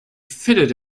fitted